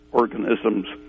organism's